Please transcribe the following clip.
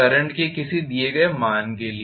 current के दिए गए मान के लिए